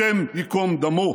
השם ייקום דמו,